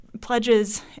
pledges